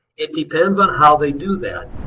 it depends on how they do that.